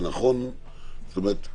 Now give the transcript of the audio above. זאת אומרת,